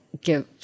give